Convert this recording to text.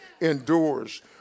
endures